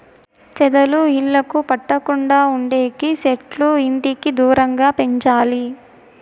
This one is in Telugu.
చెదలు ఇళ్లకు పట్టకుండా ఉండేకి సెట్లు ఇంటికి దూరంగా పెంచాలి